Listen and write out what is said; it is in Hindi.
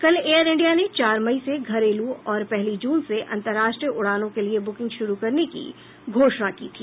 कल एयर इंडिया ने चार मई से धरेलू और पहली जून से अंतरराष्ट्रीय उड़ानों के लिए बुकिंग शुरू करने की घोषणा की थी